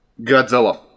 Godzilla